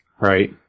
Right